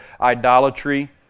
idolatry